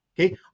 Okay